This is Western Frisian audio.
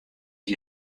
hie